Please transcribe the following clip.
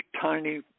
tiny